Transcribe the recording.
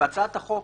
הצעת החוק